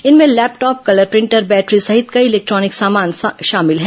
इनमें laptop colour printer battery सहित कई इलेक्ट्रॉनिक सामान शामिल हैं